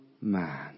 man